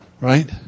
Right